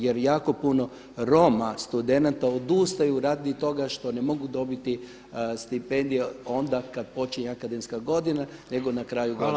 Jer jako puno Roma studenata odustaju radi toga što ne mogu dobiti stipendije onda kad počinje akademska godina, nego na kraju godine.